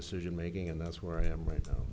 decision making and that's where i am right